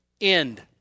end